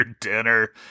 dinner